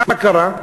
מה קרה?